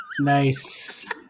Nice